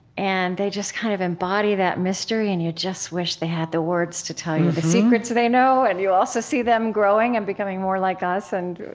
and they just kind of embody that mystery, and you just wish they had the words to tell you the secrets they know. and you also see them growing and becoming more like us